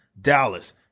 Dallas